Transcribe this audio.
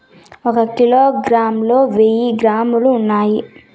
ఒక కిలోగ్రామ్ లో వెయ్యి గ్రాములు ఉన్నాయి